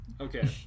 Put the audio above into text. Okay